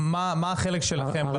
מה החלק שלכם?